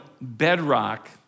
bedrock